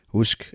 Husk